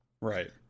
Right